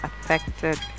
affected